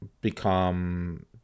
become